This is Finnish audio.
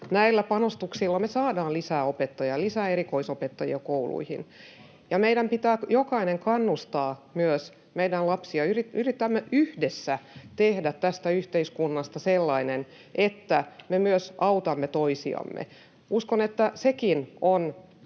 Näillä panostuksilla me saadaan lisää opettajia, lisää erikoisopettajia kouluihin. Ja meidän pitää jokaisen kannustaa myös meidän lapsia, yrittää yhdessä tehdä tästä yhteiskunnasta sellainen, että me myös autamme toisiamme. Uskon, että sekin on